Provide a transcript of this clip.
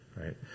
right